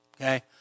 okay